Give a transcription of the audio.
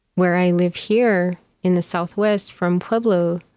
where i live here in the southwest from pueblo,